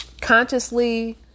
consciously